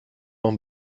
man